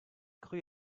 cru